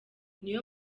niyo